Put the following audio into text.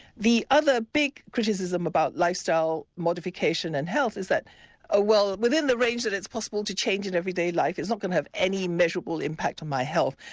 the other big criticism about lifestyle modification and health is that ah well, within the range that it's possible to change in everyday life is not going to have any measurable impact on my health,